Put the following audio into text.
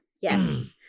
yes